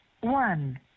One